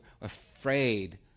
afraid